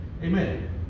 Amen